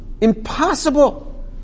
Impossible